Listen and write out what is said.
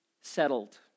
Settled